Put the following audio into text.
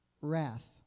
Wrath